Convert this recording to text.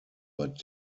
but